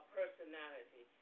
personality